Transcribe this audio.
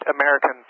American